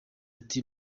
ati